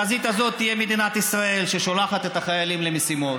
אני מציע שבחזית הזאת תהיה מדינת ישראל ששולחת את החיילים למשימות,